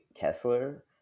Kessler